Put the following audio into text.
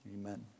Amen